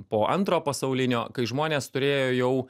po antro pasaulinio kai žmonės turėjo jau